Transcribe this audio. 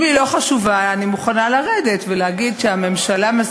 אם היא לא חשובה אני מוכנה לרדת ולהגיד שהממשלה,